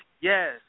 Yes